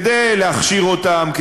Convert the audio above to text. כדי להכשיר אותם,